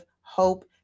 hope